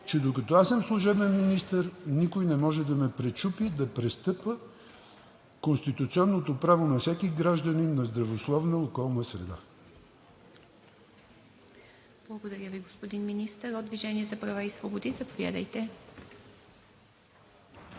че докато аз съм служебен министър, никой не може да ме пречупи да престъпя конституционното право на всеки гражданин на здравословна околна среда. ПРЕДСЕДАТЕЛ ИВА МИТЕВА: Благодаря Ви, господин Министър. От „Движение за права и свободи“? Заповядайте.